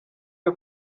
iyo